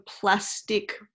plastic